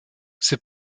ses